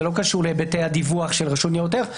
זה לא קשור להיבטי הדיווח של רשות ניירות ערך.